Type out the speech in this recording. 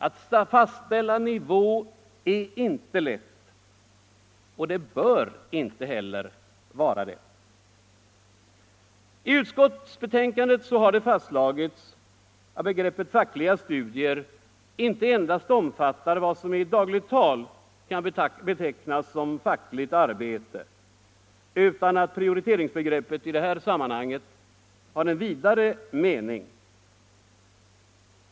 Att fastställa nivå är inte lätt — och det bör inte heller vara det. I utskottets betänkande har det fastslagits att begreppet fackliga studier inte endast omfattar vad som i dagligt tal betecknas som fackligt arbete, utan att prioriteringsbegreppet i detta sammanhang har en vidare mening.